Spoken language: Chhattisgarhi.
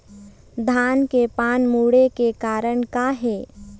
धान के पान मुड़े के कारण का हे?